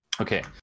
Okay